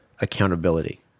accountability